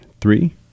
three